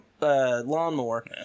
lawnmower